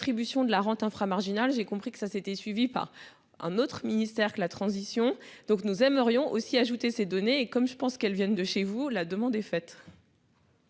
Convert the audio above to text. la contribution de la rente infra-marginal. J'ai compris que ça c'était suivi par un autre ministère que la transition donc nous aimerions aussi ajouté ces données et comme je pense qu'elles viennent de chez vous. La demande est faite.